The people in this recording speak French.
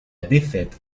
défaite